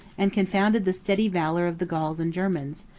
and confounded the steady valor of the gauls and germans,